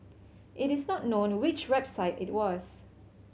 it is not known which website it was